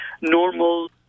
normal